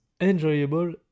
enjoyable